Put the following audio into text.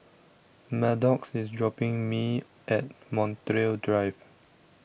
Maddox IS dropping Me At Montreal Drive